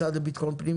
במשרד לביטחון פנים,